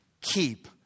keep